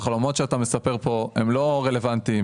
החלומות שאתה מספר פה הם לא רלוונטיים.